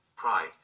Pride